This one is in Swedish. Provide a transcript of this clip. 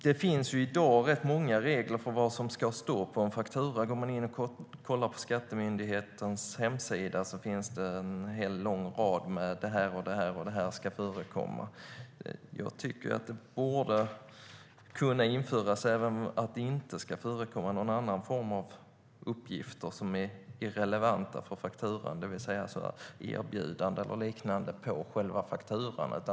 Det finns i dag rätt många regler för vad som ska stå på en faktura. På Skatteverkets hemsida finns en lång rad uppgifter om vad som ska förekomma. Jag tycker att det även borde kunna införas att det inte ska förekomma någon form av uppgifter som är irrelevanta på fakturan, det vill säga erbjudanden och liknande.